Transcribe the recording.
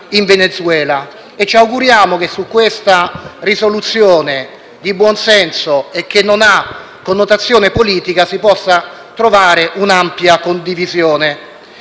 Grazie